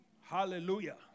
Hallelujah